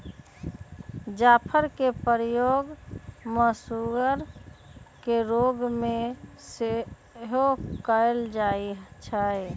जाफरके प्रयोग मसगुर के रोग में सेहो कयल जाइ छइ